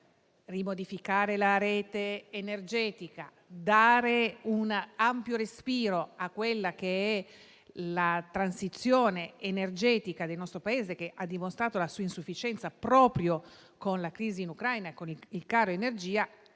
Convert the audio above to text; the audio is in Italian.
rimodificare la rete energetica e dare un ampio respiro alla transizione energetica del nostro Paese, che ha dimostrato la sua insufficienza proprio con la crisi in Ucraina e con il caro energia,